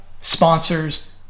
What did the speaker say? sponsors